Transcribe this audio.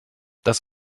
das